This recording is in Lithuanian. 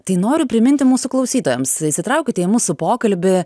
tai noriu priminti mūsų klausytojams įsitraukite į mūsų pokalbį